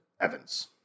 Evans